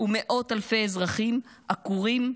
ומאות-אלפי אזרחים עקורים,